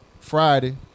Friday